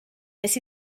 nes